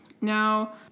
Now